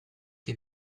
che